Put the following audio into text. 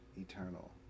eternal